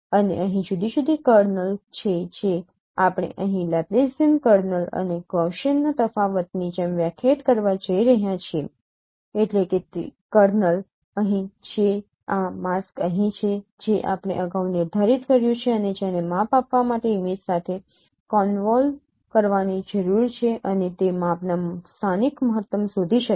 અને અહીં જુદી જુદી કર્નલ છે જે આપણે અહીં લેપ્લેસીયન કર્નલ અને ગૌસીયન્સના તફાવતની જેમ વ્યાખ્યાયિત કરવા જઈ રહ્યા છીએ એટલે કે કર્નલ અહીં છે આ માસ્ક અહીં છે જે આપણે અગાઉ નિર્ધારિત કર્યું છે અને જેને માપ આપવા માટે ઇમેજ સાથે કોનવોલ્વ કરવાની જરૂર છે અને તે માપના સ્થાનિક મહત્તમ શોધી શકાશે